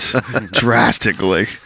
drastically